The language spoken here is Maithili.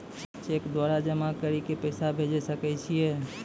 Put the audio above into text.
चैक द्वारा जमा करि के पैसा भेजै सकय छियै?